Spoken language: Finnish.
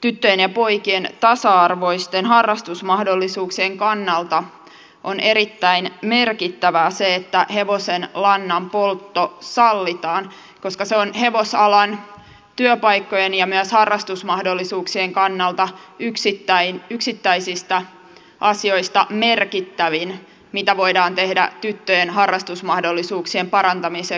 tyttöjen ja poikien tasa arvoisten harrastusmahdollisuuksien kannalta on erittäin merkittävää se että hevosenlannan poltto sallitaan koska se on hevosalan työpaikkojen ja myös harrastusmahdollisuuksien kannalta yksittäisistä asioista merkittävin mitä voidaan tehdä tyttöjen harrastusmahdollisuuksien parantamiseksi